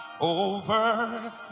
over